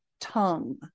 tongue